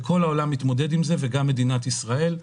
כל העולם מתמודד עם זה, וגם מדינת ישראל.